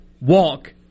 walk